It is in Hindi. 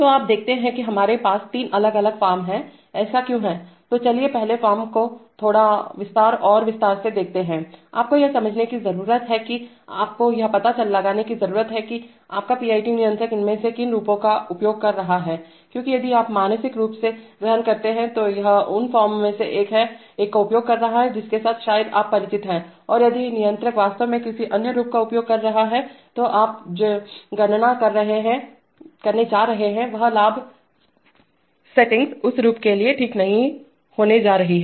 तो आप देखते हैं कि हमारे पास तीन अलग अलग फॉर्म हैं ऐसा क्यों है तो चलिए पहले फॉर्म को थोड़ा और विस्तार से देखते हैं आपको यह समझने की जरूरत है कि आपको यह पता लगाने की जरूरत है कि आपका पीआईडी नियंत्रक इनमें से किन रूपों का उपयोग कर रहा है क्योंकि यदि आप मानसिक रूप से ग्रहण करते हैं यह उन फॉर्म में से एक का उपयोग कर रहा है जिसके साथ शायद आप परिचित हैं और यदि नियंत्रक वास्तव में किसी अन्य रूप का उपयोग कर रहा है तो आप जो गणना करने जा रहे हैं वह लाभ सेटिंग्स उस रूप के लिए ठीक नहीं होने जा रही हैं